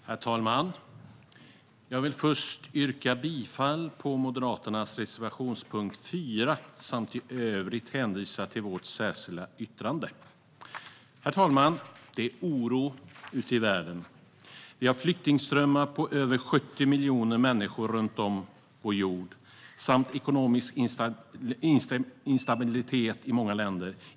Herr talman! Jag vill först yrka bifall på Moderaternas reservationspunkt 4 samt i övrigt hänvisa till vårt särskilda yttrande. Herr talman! Det är oro ute i världen. Vi har flyktingströmmar på över 70 miljoner människor runt om på vår jord samt ekonomisk instabilitet i många länder.